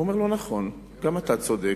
אומר לו: נכון, גם אתה צודק.